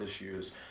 issues